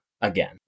again